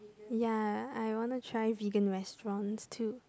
ya I wanna try vegan restaurants too